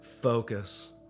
focus